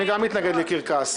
אני גם מתנגד לקרקס.